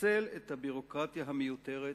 שתחסל את הביורוקרטיה המיותרת,